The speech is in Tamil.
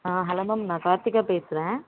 ஆ ஹலோ மேம் நான் கார்த்திகா பேசுறேன்